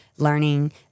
learning